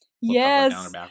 Yes